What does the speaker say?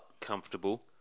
comfortable